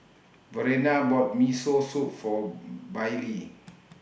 Verena bought Miso Soup For Baylie